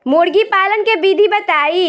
मुर्गी पालन के विधि बताई?